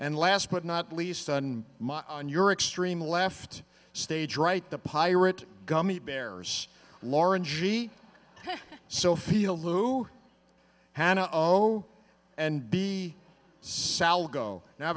and last but not least on my on your extreme left stage right the pirate gummy bears lauren g ok so feel lou hanna oh and be sal go now